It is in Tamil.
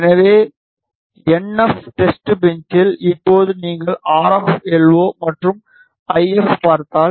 எனவே என்எப் டெஸ்ட்பெஞ்சில் இப்போது நீங்கள் ஆர்எப் எல்ஓ மற்றும் ஐ எப்ஐப் பார்த்தால்